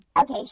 Okay